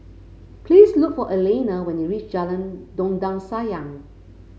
please look for Alanna when you reach Jalan Dondang Sayang